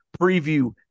preview